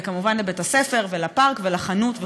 וכמובן לבית-הספר ולפארק ולחנות וכו'.